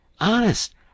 Honest